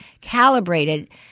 calibrated